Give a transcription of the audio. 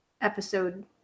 episode